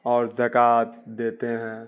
اور زکوٰۃ دیتے ہیں